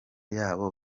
yabo